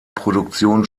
produktion